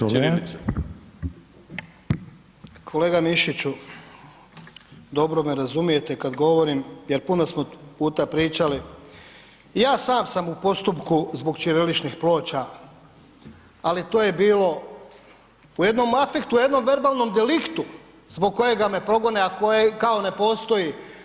Kolega Mišiću, dobro me razumijete kada govorim jer puno smo puta pričali i ja sam sam u postupku zbog ćiriličnih ploča, ali to je bilo u jednom afektu u jednom verbalnom deliktu zbog kojega me progone, a koji kao ne postoji.